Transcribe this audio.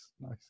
nice